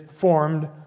formed